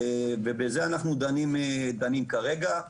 ובזה אנחנו דנים כרגע,